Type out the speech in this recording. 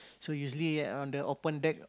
so usually on the open deck